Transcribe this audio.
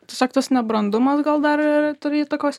tiesiog tas nebrandumas gal dar ir turi įtakos